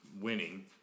winning